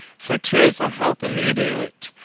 for tis a helpe-immediate,